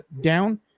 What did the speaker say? down